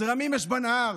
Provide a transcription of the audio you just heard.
זרמים יש רק בנהר.